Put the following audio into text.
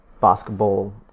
basketball